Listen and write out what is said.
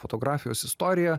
fotografijos istorija